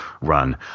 run